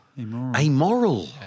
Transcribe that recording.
Amoral